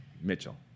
Mitchell